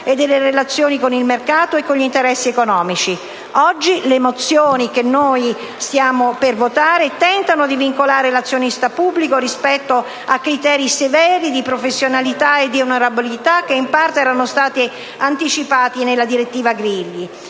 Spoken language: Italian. e delle relazioni con il mercato e con gli interessi economici. Oggi le mozioni che noi stiamo per votare tentano di vincolare l'azionista pubblico rispetto a criteri severi di professionalità e di onorabilità, che in parte erano stati anticipati nella direttiva Grilli.